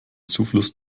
zufluss